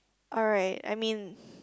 alright I mean